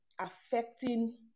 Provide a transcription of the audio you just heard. affecting